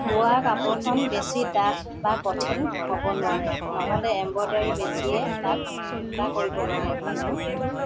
বোৱা কাপোৰখন বেছি ডাঠ বা কঠিন হ'ব নোৱাৰে নহ'লে এম্ব্ৰয়ডাৰী বেজীয়ে তাক ফুটা কৰিব নোৱাৰিব